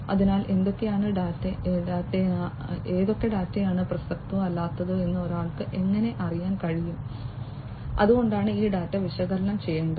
അതിനാൽ ഏതൊക്കെ ഡാറ്റയാണ് പ്രസക്തവും അല്ലാത്തതും എന്ന് ഒരാൾക്ക് എങ്ങനെ അറിയാൻ കഴിയും അതുകൊണ്ടാണ് ഈ ഡാറ്റ വിശകലനം ചെയ്യേണ്ടത്